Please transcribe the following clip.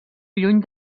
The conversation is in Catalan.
lluny